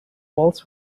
walls